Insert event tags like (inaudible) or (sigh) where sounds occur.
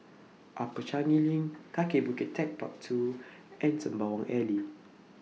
Upper Changi LINK Kaki Bukit Techpark two (noise) and Sembawang Alley